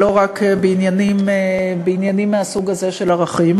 ולא רק בעניינים מהסוג הזה של ערכים,